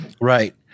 Right